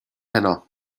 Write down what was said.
heno